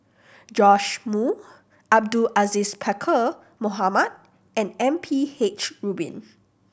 Joash Moo Abdul Aziz Pakkeer Mohamed and M P H Rubin